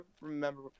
remember